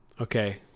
okay